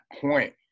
point